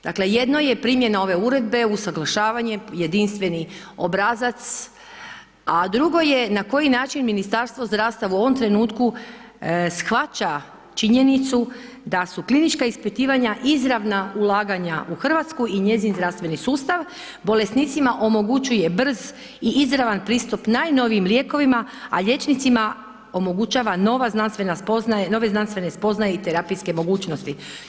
Dakle jedno je primjena ove uredbe, usaglašavanje, jedinstveni obrazac, a drugo je na koji način Ministarstvo zdravstva u ovom trenutku shvaća činjenicu da su klinička ispitivanja izravna ulaganja u Hrvatsku i njezin zdravstveni sustav, bolesnicima omogućuje brz i izravan pristup najnovijim lijekovima, a liječnicima omogućava nova znanstvena spoznaja, nove znanstvene spoznaje i terapijske mogućnosti.